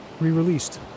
re-released